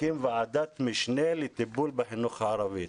להקים ועדת משנה לטיפול בחינוך הערבי.